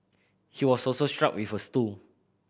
he was also struck with a stool